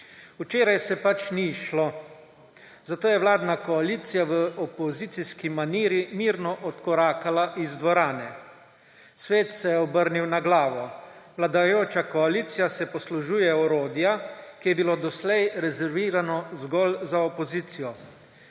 Včeraj se pač ni izšlo, zato je vladna koalicija v opozicijski maniri mirno odkorakala iz dvorane. Svet se je obrnil na glavo. Vladajoča koalicija se poslužuje orodja, ki je bilo doslej rezervirano zgolj za opozicijo.